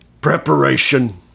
preparation